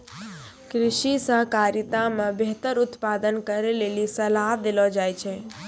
कृषि सहकारिता मे बेहतर उत्पादन करै लेली सलाह देलो जाय छै